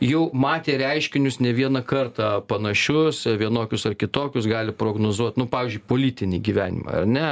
jau matė reiškinius ne vieną kartą panašius vienokius ar kitokius gali prognozuot nu pavyzdžiui politinį gyvenimą ar ne